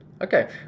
Okay